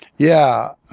yeah.